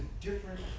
different